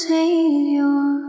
Savior